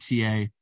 TA